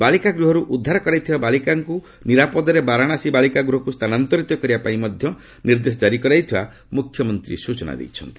ବାଳିକା ଗୃହରୁ ଉଦ୍ଧାର କରାଯାଇଥିବା ବାଳିକାଙ୍କୁ ନିରାପଦରେ ବାରଣାସୀ ବାଳିକା ଗୃହକୁ ସ୍ଥାନାନ୍ତରିତ କରିବା ପାଇଁ ନିର୍ଦ୍ଦେଶ ଜାରି କରାଯାଇଥିବା ମୁଖ୍ୟମନ୍ତ୍ରୀ ସୂଚନା ଦେଇଛନ୍ତି